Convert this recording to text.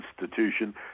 institution